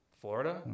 Florida